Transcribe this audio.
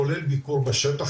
כולל ביקור בשטח,